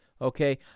Okay